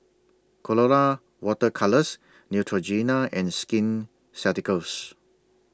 Colora Water Colours Neutrogena and Skin Ceuticals